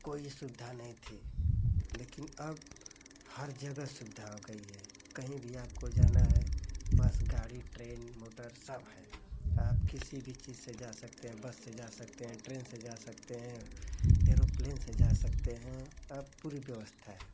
कोई सुविधा नहीं थी लेकिन अब हर जगह सुविधा हो गई है कहीं भी आपको जाना है बस गाड़ी ट्रेन मोटर सब है आप किसी भी चीज़ से जा सकते हैं बस से जा सकते हैं ट्रेन से जा सकते हैं एरोप्लेन से जा सकते हैं अब पूरी व्यवस्था है